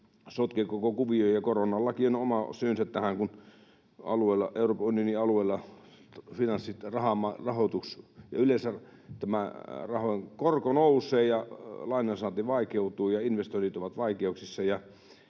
sotkee koko kuvion, ja koronallakin on oma syynsä tähän, kun Euroopan unionin alueella korko nousee ja lainansaanti vaikeutuu ja investoinnit ovat vaikeuksissa.